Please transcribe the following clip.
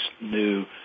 new